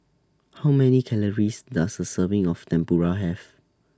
How Many Calories Does A Serving of Tempura Have